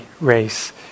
race